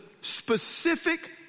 specific